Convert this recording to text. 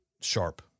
sharp